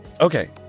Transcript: Okay